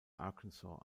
arkansas